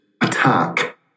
attack